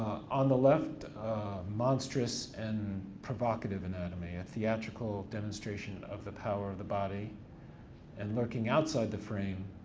on the left a monstrous and provocative anatomy, a theatrical demonstration of the power of the body and lurking outside the frame,